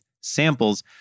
samples